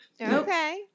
Okay